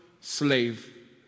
slave